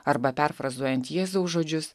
arba perfrazuojant jėzaus žodžius